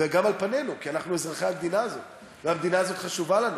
וגם על פנינו כי אנחנו אזרחי המדינה הזאת והמדינה הזאת חשובה לנו.